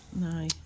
No